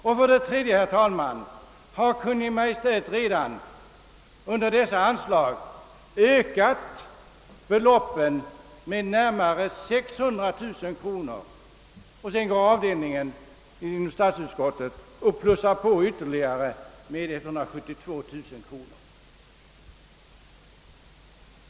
Kungl. Maj:t har redan under dessa anslag föreslagit en ökning av beloppen med närmare 600 000 kronor, och sedan går statsutskottet och lägger till ytterligare 172 000 kronor.